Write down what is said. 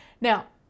Now